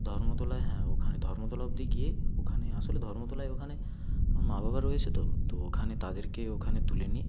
ধর্মতলায় হ্যাঁ ওখানে ধর্মতলা অবধি গিয়ে ওখানে আসলে ধর্মতলায় ওখানে মা বাবা রয়েছে তো তো ওখানে তাদেরকে ওখানে তুলে নিয়ে